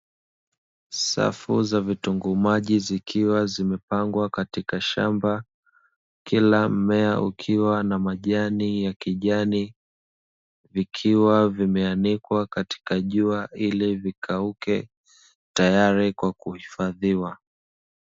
Safu za vitunguu maji zikiwa zimepangwa katika shamba, kila mmea ukiwa na majani ya kijani, vikiwa vimeanikwa katika jua ili vikauke, tayari kwa kuhifadhiwa.